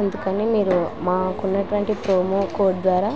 అందుకని మీరు మాకున్నటువంటి ప్రోమో కోడ్ ద్వారా